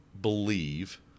believe